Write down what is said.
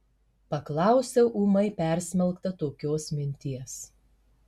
paklausiau ūmai persmelkta tokios minties